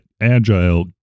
agile